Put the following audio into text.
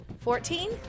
Fourteen